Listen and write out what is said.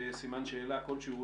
בסימן שאלה כלשהו,